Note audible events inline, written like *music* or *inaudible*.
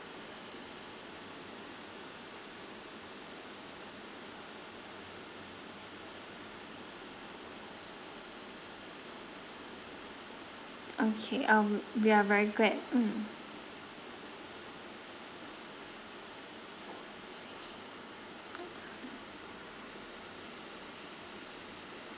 okay um we are very glad mm *noise*